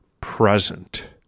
present